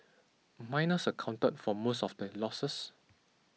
miners accounted for most of the losses